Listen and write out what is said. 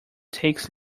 takes